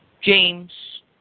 James